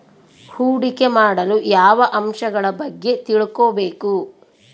ಹೂಡಿಕೆ ಮಾಡಲು ಯಾವ ಅಂಶಗಳ ಬಗ್ಗೆ ತಿಳ್ಕೊಬೇಕು?